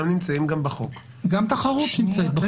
האלה וחלקם גם נמצאים בחוק -- גם תחרות נמצאת בחוק.